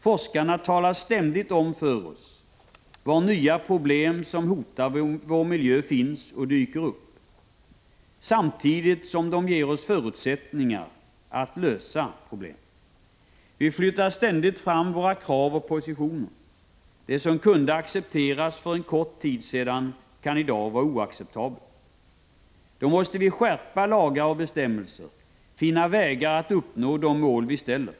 Forskarna talar ständigt om för oss var nya problem som hotar vår miljö dyker upp, samtidigt som de ger oss förutsättningar att lösa dem. Vi flyttar ständigt fram våra krav och positioner. Det som kunde accepteras för en kort tid sedan kan i dag vara oacceptabelt. Då måste vi skärpa lagar och bestämmelser, finna vägar att uppnå de mål vi sätter upp.